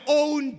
own